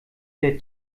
der